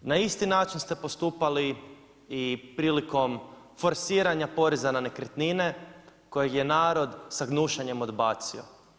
Na isti način ste postupali i prilikom forsiranja poreza na nekretnine kojeg je narod sa gnušanjem odbacio.